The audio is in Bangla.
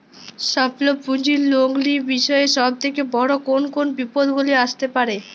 স্বল্প পুঁজির লগ্নি বিষয়ে সব থেকে বড় কোন কোন বিপদগুলি আসতে পারে?